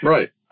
Right